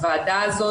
הוועדה הזאת,